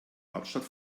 hauptstadt